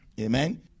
Amen